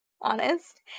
honest